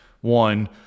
one